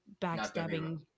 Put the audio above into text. backstabbing